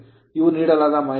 ಇವು ನೀಡಲಾದ ಮಾಹಿತಿ